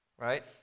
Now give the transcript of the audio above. Right